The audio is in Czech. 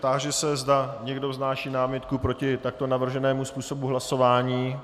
Táži se, zda někdo vznáší námitku proti takto navrženému způsobu hlasování.